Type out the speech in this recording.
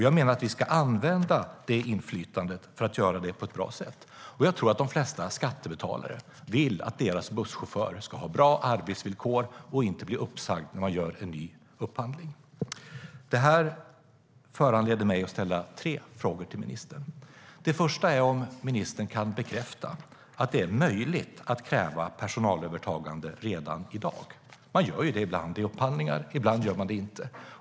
Jag menar att vi ska använda det inflytandet för att göra detta på ett bra sätt. Jag tror att de flesta skattebetalare vill att deras busschaufförer ska ha bra arbetsvillkor och inte bli uppsagda när det görs en ny upphandling. Detta föranleder mig att ställa tre frågor till ministern. Den första frågan är: Kan ministern bekräfta att det är möjligt att kräva personalövertagande redan i dag? Man gör det ibland i upphandlingar. Ibland gör man det inte.